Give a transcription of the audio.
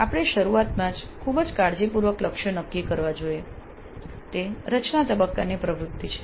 આપણે શરૂઆતમાં જ ખૂબ કાળજીપૂર્વક લક્ષ્યો નક્કી કરવા જોઈએ તે રચના તબક્કાની પ્રવૃત્તિ છે